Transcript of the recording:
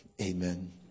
Amen